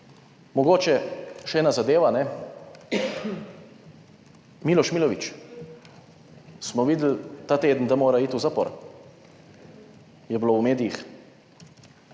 Mogoče še ena zadeva, ne. Miloš Milović, smo videli ta teden, da mora iti v zapor, je bilo v medijih.